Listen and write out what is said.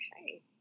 Okay